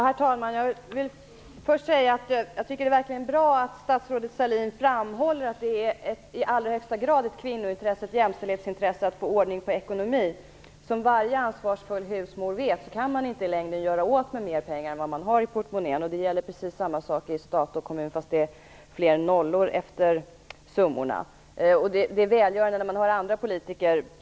Herr talman! Det är verkligen bra att statsrådet Sahlin framhåller att det i allra högsta grad är ett kvinnointresse och ett jämställdhetsintresse att få ordning på ekonomin. Som varje ansvarsfull husmor vet kan man i längden inte göra av med mera pengar än man har i portmonnän. Precis samma sak gäller i stat och kommun, men där är det fler nollor med i summorna. Det är välgörande att höra andra politiker här.